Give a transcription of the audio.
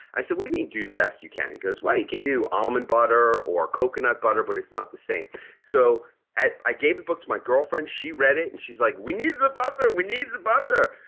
i said, what do you mean do the best you can. he goes, well, you can do almond butter or coconut butter but it's not the same so i i gave the book to my girlfriend, she read it and she's like, we need the butter, we need the butter.